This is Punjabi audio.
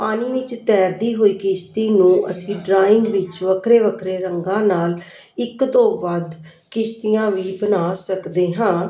ਪਾਣੀ ਵਿੱਚ ਤੈਰਦੀ ਹੋਈ ਕਿਸ਼ਤੀ ਨੂੰ ਅਸੀਂ ਡਰਾਇੰਗ ਵਿੱਚ ਵੱਖਰੇ ਵੱਖਰੇ ਰੰਗਾਂ ਨਾਲ ਇੱਕ ਤੋਂ ਵੱਧ ਕਿਸ਼ਤੀਆਂ ਵੀ ਬਣਾ ਸਕਦੇ ਹਾਂ